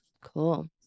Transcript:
Cool